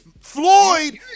Floyd